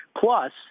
Plus